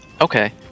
Okay